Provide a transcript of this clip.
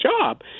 job